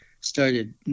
started